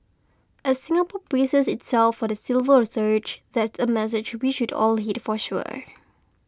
as Singapore braces itself for the silver surge that's a message we should all heed for sure